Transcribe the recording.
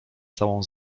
całą